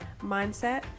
mindset